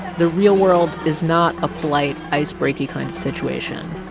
the real world is not a polite icebreaky kind of situation.